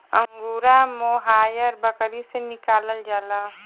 angora mohair बकरी से निकालल जाला